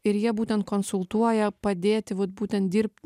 ir jie būtent konsultuoja padėti vat būtent dirb